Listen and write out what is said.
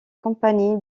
compagnie